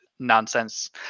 Nonsense